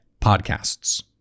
podcasts